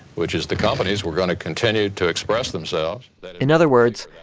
which is the companies were going to continue to express themselves. in other words,